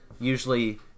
usually